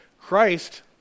Christ